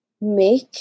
make